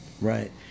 right